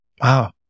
Wow